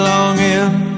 Longing